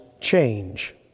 change